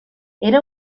era